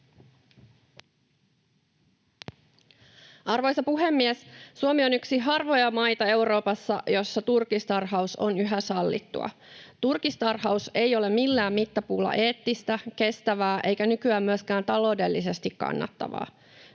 Arvoisa puhemies! Suomi on Euroopassa yksi harvoja maita, joissa turkistarhaus on yhä sallittua. Turkistarhaus ei ole millään mittapuulla eettistä, kestävää eikä nykyään myöskään taloudellisesti kannattavaa.